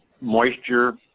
moisture